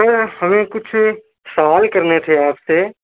سر ہمیں کچھ سوال کرنے تھے آپ سے